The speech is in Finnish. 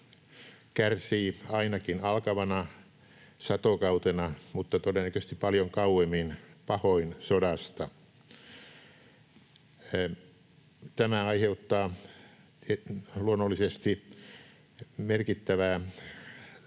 pahoin ainakin alkavana satokautena mutta todennäköisesti paljon kauemmin. Tämä aiheuttaa luonnollisesti merkittävää